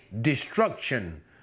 destruction